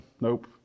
Nope